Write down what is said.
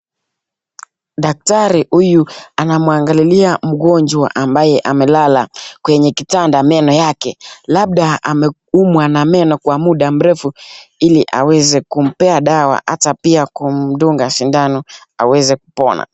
Daktari huyu anamwangalilia mgonjwa ambaye amelala kwenye kitanda meno yake, labda ameumwa na meno kwa muda mrefu ili aweze kumpea dawa ata pia kumdunga sindano aweze kupona.